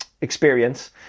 experience